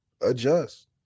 adjust